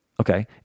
Okay